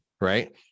right